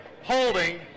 holding